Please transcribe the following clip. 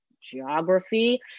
geography